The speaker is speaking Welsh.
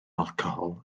alcohol